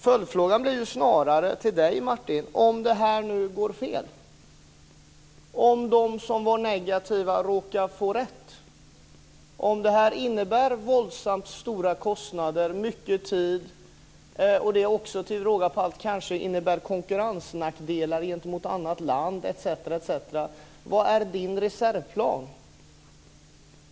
Följdfrågan till dig, Martin, blir snarare: Om det här nu går fel, om de som var negativa råkar få rätt och om det här innebär våldsamt stora kostnader och mycket tid - till råga på allt innebär det kanske också konkurrensnackdelar gentemot annat land etc. - vad är då din reservplan?